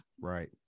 Right